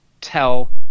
tell